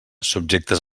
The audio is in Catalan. subjectes